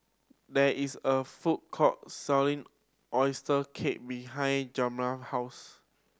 there is a food court selling oyster cake behind Jeramiah's house